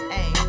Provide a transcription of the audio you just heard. Hey